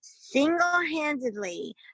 single-handedly